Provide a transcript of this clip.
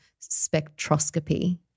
Spectroscopy